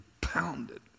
pounded